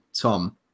Tom